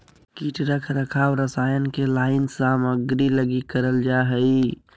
कीट रख रखाव रसायन के लाइन सामग्री लगी करल जा हइ